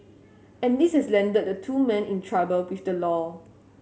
and this has landed the two men in trouble with the law